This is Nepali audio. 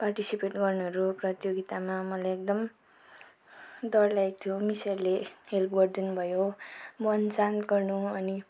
पार्टिसिपेट गर्नेहरू प्रतियोगितामा मलाई एकदम डर लागेको थियो मिसहरूले हेल्प गरिदिनु भयो मन शान्त गर्नु अनि